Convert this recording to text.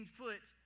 foot